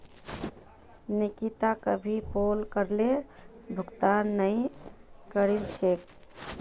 निकिता कभी पोल करेर भुगतान नइ करील छेक